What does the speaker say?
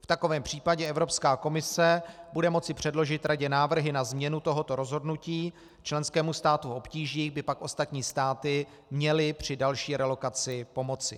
V takovém případě Evropská komise bude moci předložit Radě návrhy na změnu tohoto rozhodnutí, členskému státu v obtížích by pak ostatní státy měly při další relokaci pomoci.